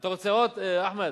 אתה רוצה עוד, אחמד?